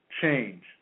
change